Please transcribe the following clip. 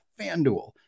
FanDuel